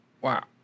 wow